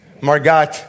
Margot